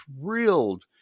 thrilled